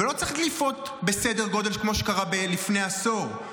ולא צריך דליפות בסדר גודל כמו שקרה לפני עשור,